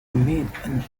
made